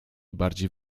bardziej